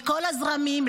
מכל הזרמים,